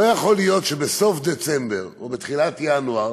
לא יכול להיות שבסוף דצמבר או בתחילת ינואר,